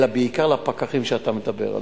אלא בעיקר לפקחים שאתה מדבר עליהם.